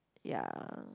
ya